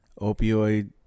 opioid